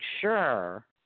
sure –